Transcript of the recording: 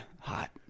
Hot